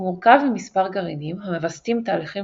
הוא מורכב ממספר גרעינים המווסתים תהליכים